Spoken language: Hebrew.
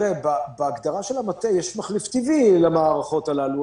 בהגדרה של מטה יש מחליף טבעי למערכות הללו.